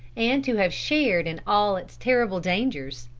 and to have shared in all its terrible dangers?